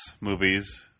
movies